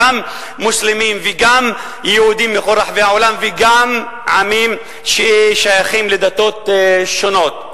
גם מוסלמים וגם יהודים בכל רחבי העולם וגם עמים ששייכים לדתות שונות.